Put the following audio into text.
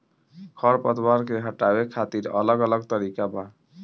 खर पतवार के हटावे खातिर अलग अलग तरीका बा